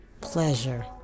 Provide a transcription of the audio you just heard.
pleasure